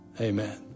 Amen